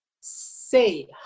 say